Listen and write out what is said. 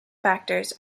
factors